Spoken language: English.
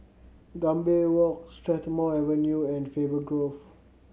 Gambir Walk Strathmore Avenue and Faber Grove